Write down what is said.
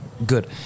Good